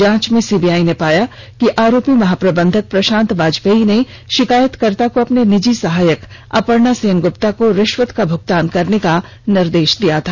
जांच में सीबीआई ने पाया कि आरोपी महाप्रबंधक प्रशांत बाजपेयी ने शिकायतकर्ता को अपनी निजी सहायक अपर्णा सेनगुप्ता को रिश्वत का भुगतान करने का निर्देश दिया था